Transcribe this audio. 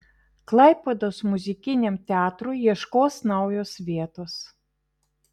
klaipėdos muzikiniam teatrui ieškos naujos vietos